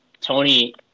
Tony